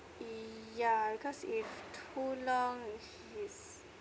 yeah because if too long he's